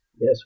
Yes